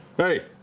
hey.